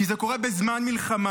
כי זה קורה בזמן מלחמה,